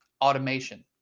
automation